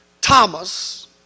Thomas